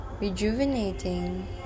rejuvenating